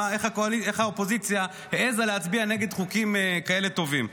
איך האופוזיציה העזה להצביע נגד חוקים כאלה טובים.